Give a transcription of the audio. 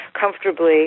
comfortably